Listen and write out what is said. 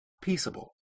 peaceable